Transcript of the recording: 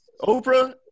Oprah